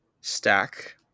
stack